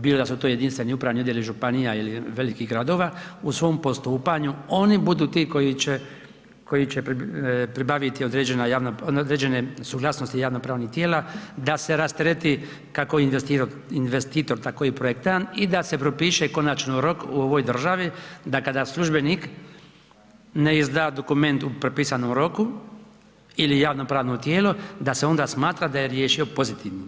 bila su to jedinstveni upravni odjeli županija ili velikih gradova, u svom postupanju, oni budu ti koji će pribaviti određene suglasnosti javnopravnih tijela da se rastereti kako investitor, tako i projektant i da se propiše konačno rok u ovoj državi da kada službenik ne izda dokument u propisanom roku ili javnopravno tijelo, da se onda smatra da je riješio pozitivnim.